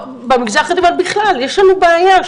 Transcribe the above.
במגזר החרדי ובכלל יש לנו בעיה,